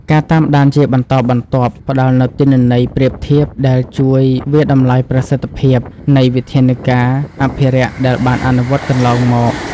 ការតាមដានជាបន្តបន្ទាប់ផ្តល់នូវទិន្នន័យប្រៀបធៀបដែលជួយ វាយតម្លៃប្រសិទ្ធភាព នៃវិធានការអភិរក្សដែលបានអនុវត្តកន្លងមក។